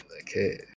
Okay